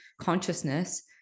consciousness